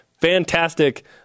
fantastic